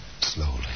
Slowly